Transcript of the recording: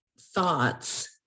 thoughts